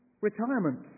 retirement